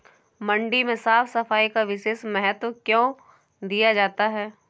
मंडी में साफ सफाई का विशेष महत्व क्यो दिया जाता है?